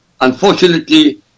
Unfortunately